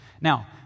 Now